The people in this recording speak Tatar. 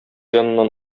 яныннан